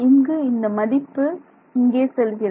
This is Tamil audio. இங்கு இந்த மதிப்பு இங்கே செல்கிறது